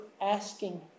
asking